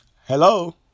Hello